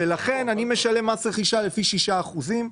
ולכן אני משלם מס רכישה לפי 5%,